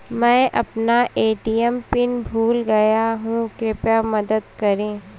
मैं अपना ATM PIN भूल गया हूँ, कृपया मदद करें